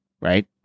right